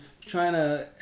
China